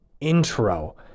intro